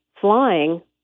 flying